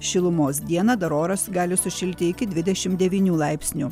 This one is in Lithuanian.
šilumos dieną dar oras gali sušilti iki dvidešimt devynių laipsnių